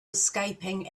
escaping